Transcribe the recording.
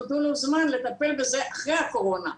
נתנו לו זמן לטפל בזה אחרי הקורונה,